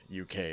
uk